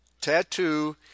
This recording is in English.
tattoo